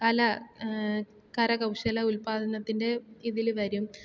കല കരകൗശല ഉൽപാദനത്തിൻ്റെ ഇതിൽ വരും